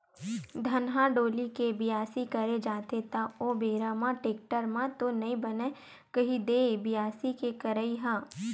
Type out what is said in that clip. धनहा डोली के बियासी करे जाथे त ओ बेरा म टेक्टर म तो नइ बनय कही दे बियासी के करई ह?